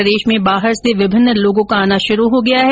प्रदेश में बाहर से विभिन्न लोगों का आना शुरू हो गया है